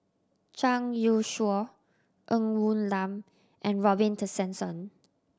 Zhang Youshuo Ng Woon Lam and Robin Tessensohn